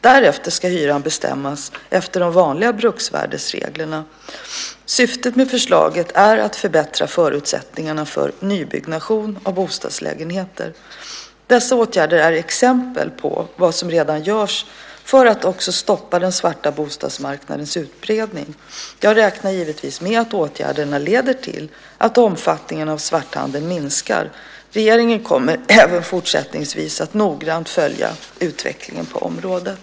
Därefter ska hyran bestämmas enligt de vanliga bruksvärdereglerna. Syftet med förslaget är att förbättra förutsättningarna för nybyggnation av bostadslägenheter. Dessa åtgärder är exempel på vad som redan görs för att stoppa den svarta bostadsmarknadens utbredning. Jag räknar med att åtgärderna leder till att omfattningen av svarthandeln minskar. Regeringen kommer även fortsättningsvis att noggrant följa utvecklingen på området.